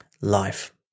life